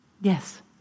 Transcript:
yes